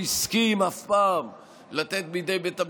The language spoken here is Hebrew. כמה חוקים נפסלו, אדוני שר